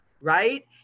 right